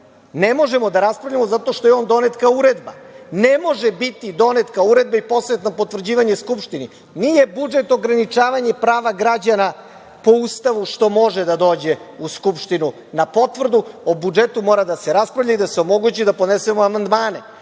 ne možemo da raspravljamo zato što je on donet kao uredba. Ne može biti donet kao uredba i poslat na potvrđivanje Skupštini. Nije budžet ograničavanje prava građana po Ustavu, što može da dođe u Skupštinu na potvrdu, o budžetu mora da se raspravlja i da se omogući da podnesemo amandmane.